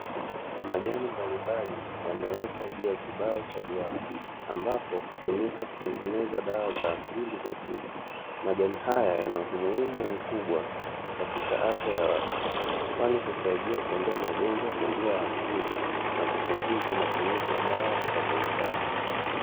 Majani mbalimbali yamewekwa juu ya kibao cha duara, ambapo hutumika kutengeneza dawa za asili za tiba. Majani haya yana umuhimu mkubwa katika afya za watu, kwani husaidia kuondoa magonjwa kwa njia ya asili na kupunguza matumizi ya dawa za kemikali.